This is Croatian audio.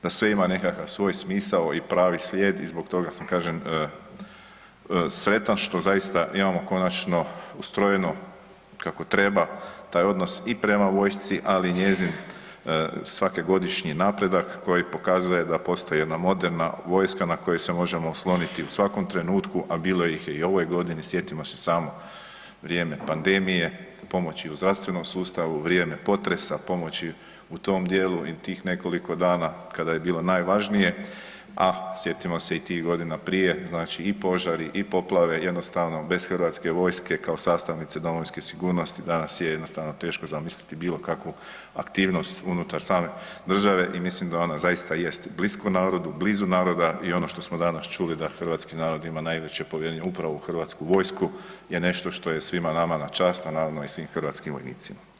Da sve ima nekakav svoj smisao i pravi slijed i zbog toga, kažem, sretan što zaista imamo konačno ustrojeno kako treba taj odnos i prema vojsci, ali njezin, svake godišnji napredak koji pokazuje da postaje jedna moderna vojska na koju se možemo osloniti u svakom trenutku, a bilo ih je u ovoj godini, sjetimo se samo vrijeme pandemije, pomoći u zdravstvenom sustavu, vrijeme potresa, pomoći u tom dijelu i tih nekoliko dana kada je bilo najvažnije, a sjetimo se i tih godina prije, znači i požari i poplave, jednostavno bez HV-a kao sastavnice domovinske sigurnosti danas je jednostavno teško zamisliti bilo kakvu aktivnost unutar same države i mislim da ona zaista jest blisko narodu, blizu naroda i ono što smo danas čuli, da hrvatski narod ima najveće povjerenje upravo u HV je nešto što je svima nama na čast, a naravno i svih hrvatskim vojnicima.